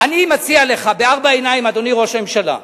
אני מציע לך בארבע עיניים, אדוני ראש הממשלה: